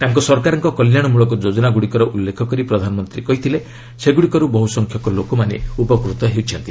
ତାଙ୍କ ସରକାରଙ୍କ କଲ୍ୟାଣମୂଳକ ଯୋଜନାଗୁଡ଼ିକର ଉଲ୍ଲେଖ କରି ପ୍ରଧାନମନ୍ତ୍ରୀ କହିଥିଲେ ସେଗୁଡ଼ିକରୁ ବହୁସଂଖ୍ୟକ ଲୋକମାନେ ଉପକୃତ ହେଉଛନ୍ତି